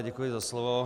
Děkuji za slovo.